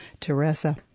Teresa